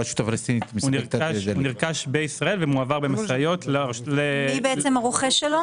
הוא נרכש בישראל ומועבר במשאיות -- מי הרוכש שלו?